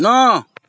ନଅ